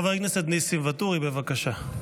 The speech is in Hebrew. חבר הכנסת ניסים ואטורי, בבקשה.